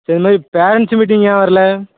சரி இது மாதிரி பேரெண்ட்ஸ் மீட்டிங்குக்கு ஏன் வரல